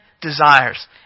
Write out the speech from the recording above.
desires